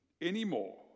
anymore